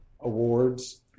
awards